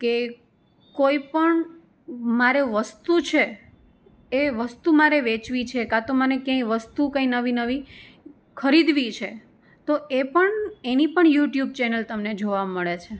કે કોઈપણ મારે વસ્તુ છે એ વસ્તુ મારે વેચવી છે કાં તો મને ક્યાંય વસ્તુ કંઈ નવી નવી ખરીદવી છે તો એ પણ એની પણ યુટ્યુબ ચેનલ તમને જોવા મળે છે